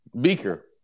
Beaker